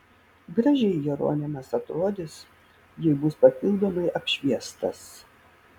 gražiai jeronimas atrodys jei bus papildomai apšviestas